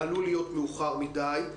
עלול להיות מאוחר מדי.